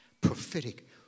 prophetic